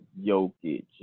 Jokic